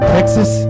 Texas